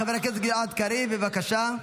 חבר הכנסת גלעד קריב, בבקשה.